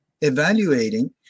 evaluating